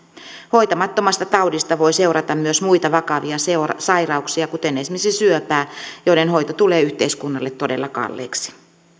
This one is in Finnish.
hoitamattomasta taudista voi seurata myös muita vakavia sairauksia kuten esimerkiksi syöpää joiden hoito tulee yhteiskunnalle todella kalliiksi